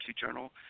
journal